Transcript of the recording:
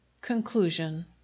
Conclusion